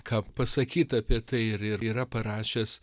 ką pasakyt apie tai ir ir yra parašęs